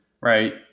Right